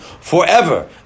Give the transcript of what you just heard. forever